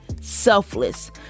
selfless